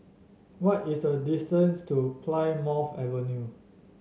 what is the distance to Plymouth Avenue